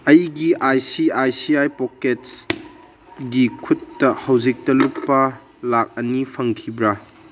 ꯑꯩꯒꯤ I C I C I ꯄꯣꯛꯀꯦꯠꯁꯀꯤ ꯈꯨꯠꯇ ꯍꯧꯖꯤꯛꯇ ꯂꯨꯄꯥ ꯂꯥꯛ ꯑꯅꯤ ꯐꯪꯈꯤꯕ꯭ꯔꯥ